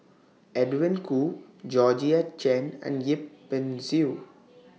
Edwin Koo Georgette Chen and Yip Pin Xiu